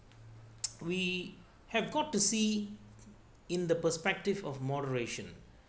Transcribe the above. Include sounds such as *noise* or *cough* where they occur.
*noise* we have got to see in the perspective of moderation